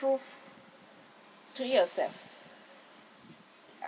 prove to yourself